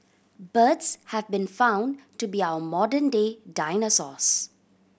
birds have been found to be our modern day dinosaurs